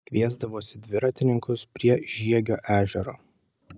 jis kviesdavosi dviratininkus prie žiegio ežero